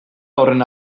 horren